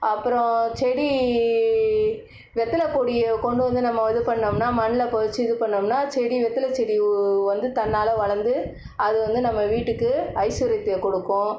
அப்புறம் செடி வெத்தலைக் கொடியை கொண்டு வந்து நம்ம இது பண்ணோம்னால் மண்ணில் பொதைச்சு இது பண்ணோம்னால் செடி வெத்தலைச் செடி வந்து தன்னால் வளர்ந்து அது வந்து நம்ம வீட்டுக்கு ஐஸ்வர்யத்தை கொடுக்கும்